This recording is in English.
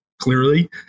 clearly